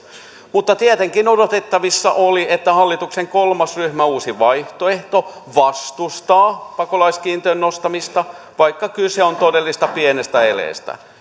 mutta tietenkin odotettavissa oli että hallituksen kolmas ryhmä uusi vaihtoehto vastustaa pakolaiskiintiön nostamista vaikka kyse on todella pienestä eleestä